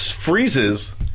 freezes